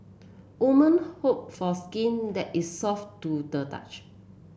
women hope for skin that is soft to the touch